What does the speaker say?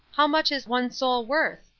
how much is one soul worth?